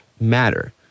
matter